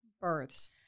births